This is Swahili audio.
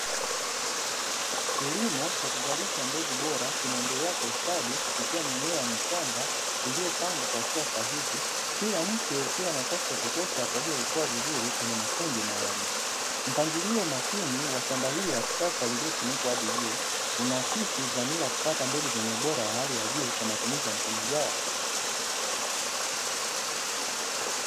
Kilimo cha kuzalisha mbegu bora kinaendelea kwa ustadi kupitia mimea michanga iliyopangwa kwa hatua sahihi, kila mche ukiwa na nafasi ya kutosha kwa ajili ya kukua vizuri kwenye makundi maalum. Mpangilio makini wa shamba hili la kisasa lililofunikwa hadi juu unakidhi dhamira ya kupata mbegu zenye ubora wa hali ya juu kwa matumizi ya msimu ujao wa kilimo."